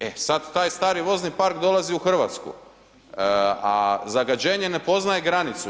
E sada taj stari vozni park dolazi u Hrvatsku, a zagađenje ne poznaje granicu.